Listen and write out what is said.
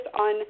on